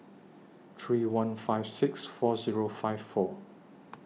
three one five six four Zero five four